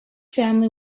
family